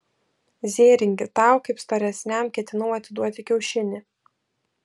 zėringi tau kaip storesniam ketinau atiduoti kiaušinį